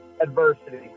Adversity